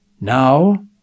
Now